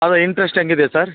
ಅದು ಇಂಟ್ರೆಸ್ಟ್ ಹೆಂಗ್ ಇದೆ ಸರ್